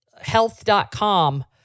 health.com